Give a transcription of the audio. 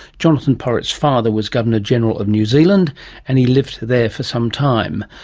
jonathon porritt's father was governor general of new zealand and he lived there for some time.